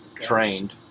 trained